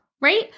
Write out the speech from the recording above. right